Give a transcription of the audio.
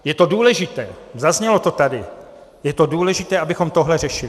Je to důležité, zaznělo to tady, je důležité, abychom tohle řešili.